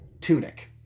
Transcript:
Tunic